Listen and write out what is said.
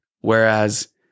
Whereas